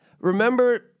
Remember